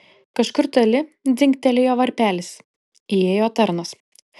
kažkur toli dzingtelėjo varpelis įėjo tarnas